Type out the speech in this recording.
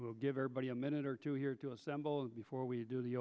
will give everybody a minute or two here to assemble before we do the